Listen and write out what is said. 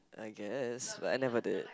I guess but I never did